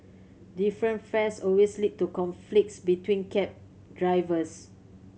different fares always lead to conflicts between cab drivers